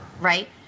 Right